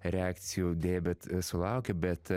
reakcijų deja bet sulaukia bet